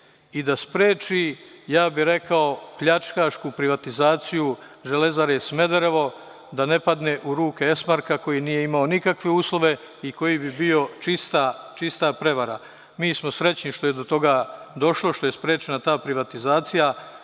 i da spreči, ja bih rekao, pljačkašku privatizaciju „Železare Smederevo“ da ne padne u ruke „Esmarka“ koji nije imao nikakve uslove i koji bi bio čista prevara. Mi smo srećni što je do toga došlo, što je sprečena ta privatizacija,